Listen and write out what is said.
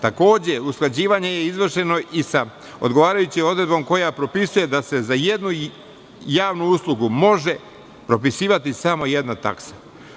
Takođe, usklađivanje je izvršeno i sa odgovarajućom odredbom koja propisuje da se za jednu javnu uslugu može propisivati samo jedna taksa.